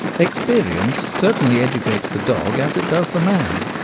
experience certainly educates the dog as it does the man.